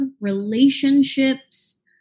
relationships